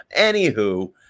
Anywho